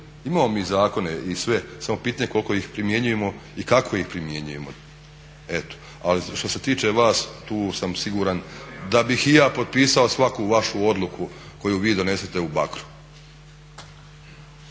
Imamo mi zakone i sve samo pitanje koliko ih primjenjujemo i kako ih primjenjujemo, eto. Ali što se tiče vas tu sam siguran da bih i ja potpisao svaku vašu odluku koju vi donesete u Bakru.